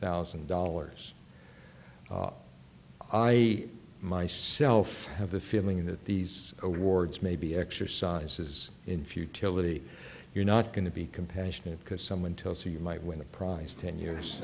thousand dollars i myself have a feeling that these awards may be exercises in futility you're not going to be compassionate because someone tells you you might win a prize ten years